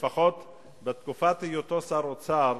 לפחות בתקופת היותו שר האוצר